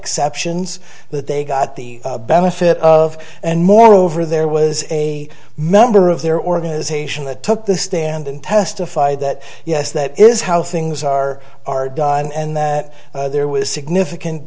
exceptions that they got the benefit of and moreover there was a member of their organization that took the stand and testify that yes that is how things are are done and that there was significant